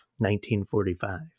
1945